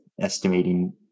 estimating